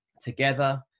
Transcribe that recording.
together